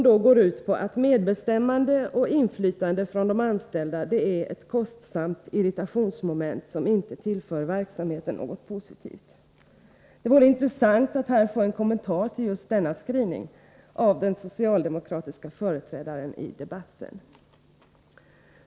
De går ut på att medbestämmande och inflytande från de anställda är ett kostsamt irritationsmoment som inte tillför verksamheten något positivt. Det vore intressant att i fråga om just denna skrivning få en kommentar av den socialdemokratiska företrädaren i debatten.